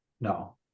no